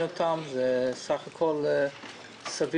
אותם, זה סך הכל סביר